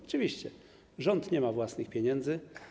Oczywiście rząd nie ma własnych pieniędzy.